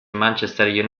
manchester